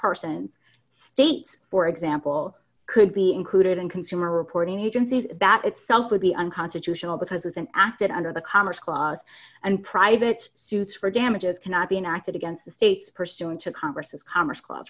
persons states for example could be included in consumer reporting agencies that itself would be unconstitutional because it's an act that under the commerce clause and private suits for damages cannot be enacted against the state pursuing to congress's commerce cl